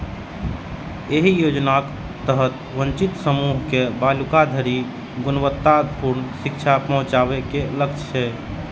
एहि योजनाक तहत वंचित समूह के बालिका धरि गुणवत्तापूर्ण शिक्षा पहुंचाबे के लक्ष्य छै